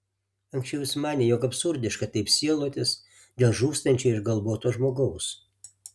anksčiau jis manė jog absurdiška taip sielotis dėl žūstančio išgalvoto žmogaus